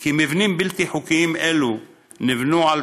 כי מבנים בלתי חוקיים אלו נבנו על